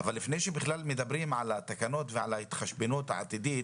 אבל לפני שבכלל מדברים על התקנות ועל ההתחשבנות העתידית,